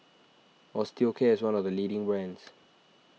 Osteocare is one of the leading brands